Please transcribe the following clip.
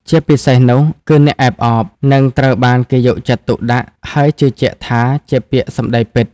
ជាពិសេសនោះគឺ អ្នកអែបអប និងត្រូវបានគេយកចិត្តទុកដាក់ ហើយជឿជាក់ថាជាពាក្យសម្ដីពិត។